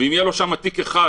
ואם יהיה לו שם תיק אחד,